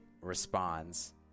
responds